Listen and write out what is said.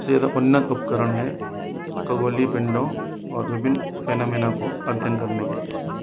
सबसे ज़्यादा उन्नत उपकरण है खगोलीय पिण्डों और विभिन्न फेनामीना को अध्ययन करने के लिए